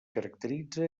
caracteritza